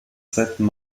zweiten